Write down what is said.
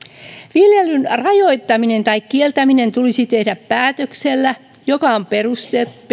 viljelyn rajoittaminen tai kieltäminen tulisi tehdä päätöksellä joka on